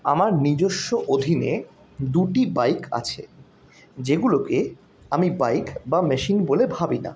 আমার নিজস্ব অধীনে দুটি বাইক আছে যেগুলোকে আমি বাইক বা মেশিন বলে ভাবি না